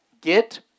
get